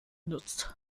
genutzt